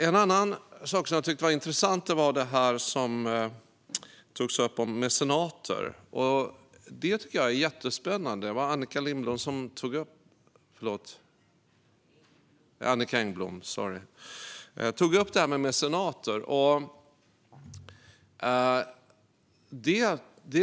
En annan sak som jag tyckte var intressant var det som togs upp om mecenater. Det var Annicka Engblom som tog upp detta. Det tycker jag är jättespännande.